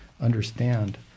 understand